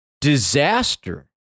disaster